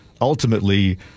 ultimately